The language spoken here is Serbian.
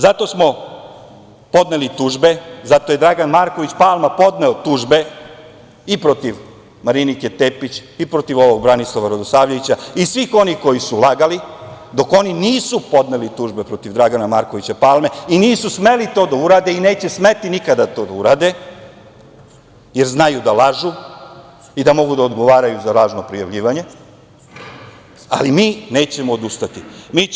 Zato smo podneli tužbe, zato je Dragan Marković Palma podneo tužbe i protiv Marinike Tepić i protiv Branislava Radoslavljevića i svih onih koji su lagali, dok oni nisu podneli tužbe protiv Dragana Markovića Palme i nisu smeli to da urade i neće smeti nikada to da urade, jer znaju da lažu i da mogu da odgovaraju za lažno prijavljivanje, ali mi nećemo odustati.